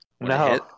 no